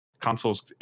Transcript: consoles